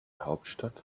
hauptstadt